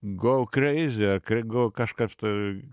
go crazy ar kai go kažkas tai